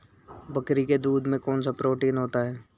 बकरी के दूध में कौनसा प्रोटीन होता है?